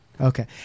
Okay